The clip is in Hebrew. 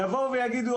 יבואו ויגידו,